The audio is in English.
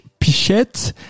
Pichette